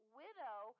widow